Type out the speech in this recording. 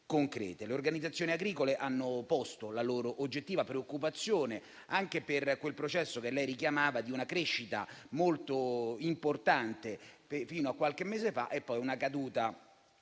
Le organizzazioni agricole hanno posto la loro oggettiva preoccupazione anche per quel processo, che lei richiamava, di una crescita molto importante fino a qualche mese fa e poi di una caduta